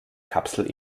kapsel